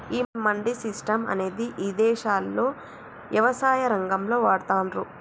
ఈ మండీ సిస్టం అనేది ఇదేశాల్లో యవసాయ రంగంలో వాడతాన్రు